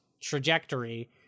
trajectory